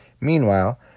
Meanwhile